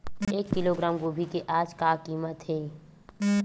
एक किलोग्राम गोभी के आज का कीमत हे?